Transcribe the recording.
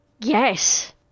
Yes